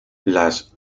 las